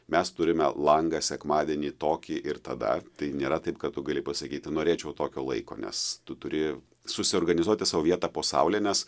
mes turime langą sekmadienį tokį ir tada tai nėra taip kad tu gali pasakyti norėčiau tokio laiko nes tu turi susiorganizuoti sau vietą po saule nes